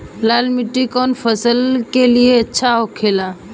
लाल मिट्टी कौन फसल के लिए अच्छा होखे ला?